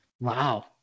Wow